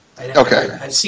Okay